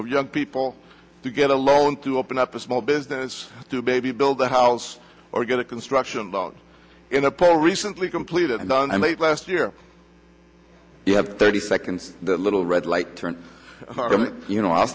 of young people to get a loan to open up a small business to baby build a house or get a construction loan in a poll recently completed and done and late last year you have thirty seconds the little red light turned you know i